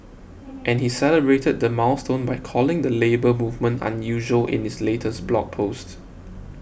and he celebrated the milestone by calling the Labour Movement unusual in his latest blog post